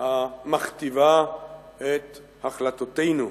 המכתיבה את החלטותינו,